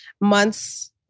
months